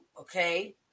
okay